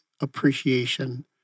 appreciation